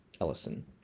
Ellison